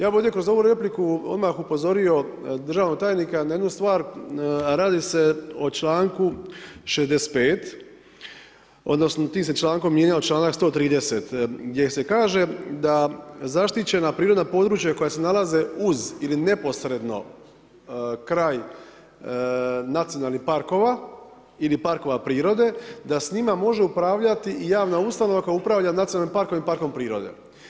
Ja bi ovdje kroz ovu repliku odmah upozorio državnog tajnika na jednu stvar, a radi se o članku 65. odnosno tim se člankom mijenjao članak 130. gdje se kaže da zaštićena prirodna područja koja se nalaze uz ili neposredno kraj nacionalnih parkova ili parkova prirode da s njima može upravljati javna ustanova koja upravlja nacionalnim parkom i parkom prirode.